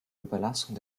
überlastung